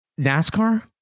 NASCAR